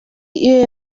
iyo